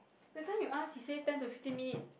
that time you asked he said ten to fifteen minute